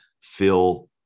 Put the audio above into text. feel